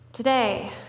Today